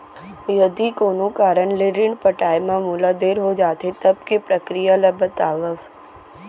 यदि कोनो कारन ले ऋण पटाय मा मोला देर हो जाथे, तब के प्रक्रिया ला बतावव